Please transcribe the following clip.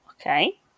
Okay